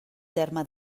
terme